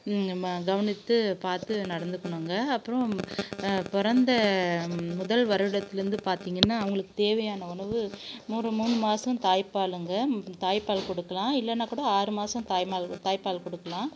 மா கவனித்து பார்த்து நடந்துக்கணுங்க அப்புறோம் பிறந்த முதல் வருடத்துலேருந்து பார்த்திங்கன்னா அவங்களுக்கு தேவையான உணவு ஒரு மூணு மாதம் தாய்ப்பாலுங்க தாய்ப்பால் கொடுக்கலாம் இல்லைனா கூட ஆறு மாதம் தாய்மால் தாய்ப்பால் கொடுக்கலாம்